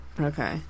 okay